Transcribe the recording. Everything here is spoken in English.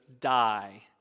die